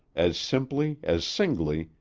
as simply, as singly,